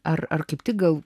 ar kaip tik gal